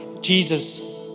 Jesus